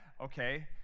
okay